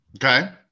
Okay